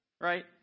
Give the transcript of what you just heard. right